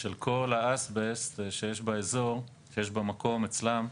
של כל האסבסט שיש במקום אצלם,